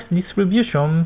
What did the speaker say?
distribution